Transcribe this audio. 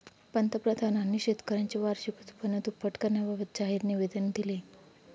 पंतप्रधानांनी शेतकऱ्यांचे वार्षिक उत्पन्न दुप्पट करण्याबाबत जाहीर निवेदन दिले